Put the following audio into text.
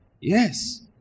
Yes